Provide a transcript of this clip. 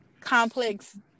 complex